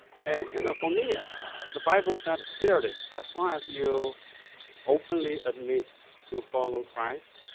and for me yeah the bible says clearly as long as you openly admit you follow christ,